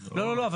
לא, לא, לא.